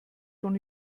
von